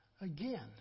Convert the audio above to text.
Again